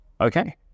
okay